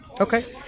Okay